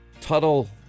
Tuttle